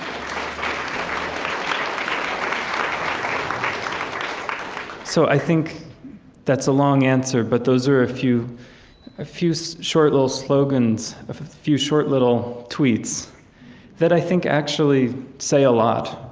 um so i think that's a long answer, but those are a few a few so short, little slogans, a few short, little tweets that i think actually say a lot,